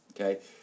okay